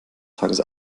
tages